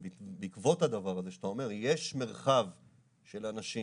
בעקבות הדבר הזה שאתה אומר יש מרחב של אנשים,